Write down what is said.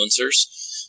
influencers